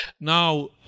Now